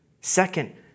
Second